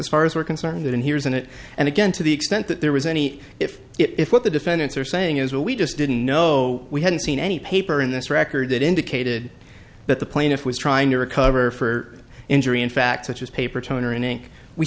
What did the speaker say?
as far as we're concerned that inheres in it and again to the extent that there was any if if what the defendants are saying is well we just didn't know we hadn't seen any paper in this record that indicated that the plaintiff was trying to recover for injury in fact such as paper toner in ink we